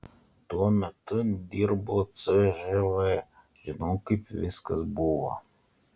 tuo metu dirbau cžv žinau kaip viskas buvo